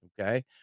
okay